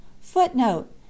Footnote